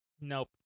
Nope